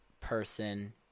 person